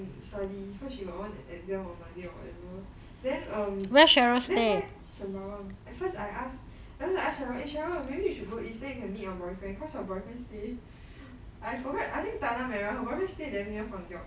and study because she got one an exam on monday or whatever then um that's why sembawang at first I ask at first I ask cheryl eh cheryl maybe we should go east then you can meet your boyfriend because her boyfriend stay I forgot I think tanah merah her boyfriend stay damn near funguid